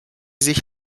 sich